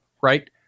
right